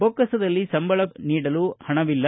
ಬೊಕ್ಕಸದಲ್ಲಿ ಸಂಬಳ ಕೂಡಾ ನೀಡಲು ಹಣವಿಲ್ಲ